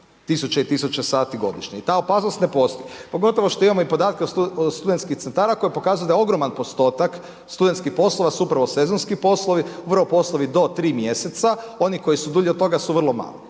tisuće i tisuće sati godišnje i ta opasnost ne postoji. Pogotovo što imamo i podatke od studentskih centara koji pokazuju da je ogroman postotak studentskih poslova su upravo sezonski poslovi, …/Govornik se ne razumije./… poslovi do 3 mjeseca, oni koji su dulji od toga su vrlo mali.